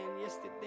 yesterday